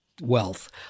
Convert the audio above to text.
wealth